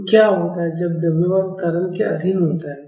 तो क्या होता है जब द्रव्यमान त्वरण के अधीन होता है